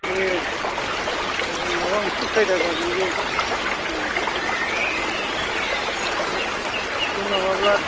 दे जागोन माबा मोनसे खायदा जागोन दे उनावहाय लासैनो बे माबाब्ला